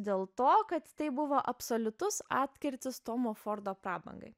dėl to kad tai buvo absoliutus atkirtis tomo fordo prabangai